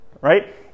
Right